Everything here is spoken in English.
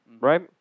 Right